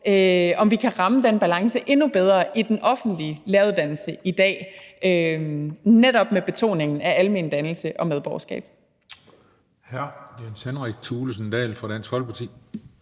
om vi kan ramme den balance endnu bedre i den offentlige læreruddannelse i dag, netop med betoningen af almendannelse og medborgerskab. Kl. 17:41 Den fg. formand (Christian